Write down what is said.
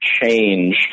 change